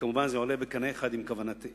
וכמובן, זה עולה בקנה אחד עם הכוונה.